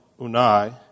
Unai